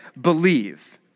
believe